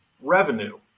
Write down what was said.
revenue